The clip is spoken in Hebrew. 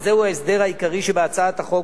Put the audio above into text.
וזהו ההסדר העיקרי שבהצעת חוק,